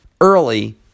early